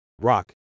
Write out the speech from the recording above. rock